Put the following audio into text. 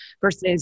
Versus